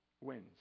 wins